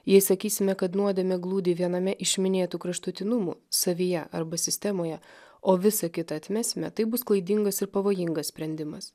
jei sakysime kad nuodėmė glūdi viename iš minėtų kraštutinumų savyje arba sistemoje o visa kita atmesime tai bus klaidingas ir pavojingas sprendimas